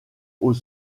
aux